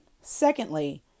Secondly